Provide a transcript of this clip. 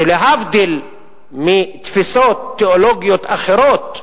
שלהבדיל מתפיסות תיאולוגיות אחרות,